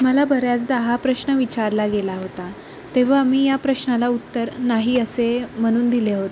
मला बऱ्याचदा हा प्रश्न विचारला गेला होता तेव्हा मी या प्रश्नाला उत्तर नाही असे म्हणून दिले होते